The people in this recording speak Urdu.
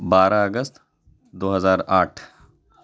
بارہ اگست دو ہزار آٹھ